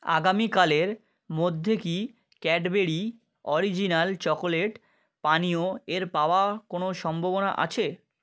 আগামীকালের মধ্যে কি ক্যাডবেরি অরিজিনাল চকোলেট পানীয় এর পাওয়া কোনও সম্ভবনা আছে